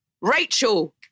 Rachel